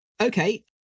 Okay